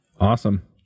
Awesome